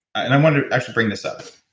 and i wanted to actually bring this up.